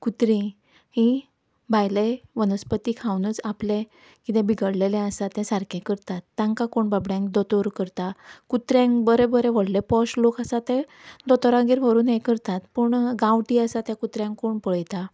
कुत्रीं हीं भायले वनस्पती खावुनूच आपलें कितें बिगडलेलें आसा तें सारकें करताता तांकां कोण बाबड्यांक दोतोर करता कुत्र्यांक बरे बरे व्हडले पोश लोक आसा तें दोतोरांगेर व्हरून हें करतात पूण गांवठी आसा त्या कुत्र्यांक कोण पळयता